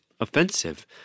offensive